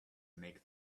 make